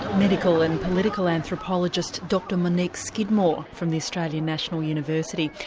medical and political anthropologist dr monique skidmore, from the australian national university,